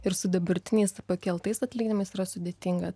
ir su dabartiniais pakeltais atlyginimais yra sudėtinga